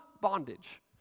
bondage